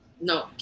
No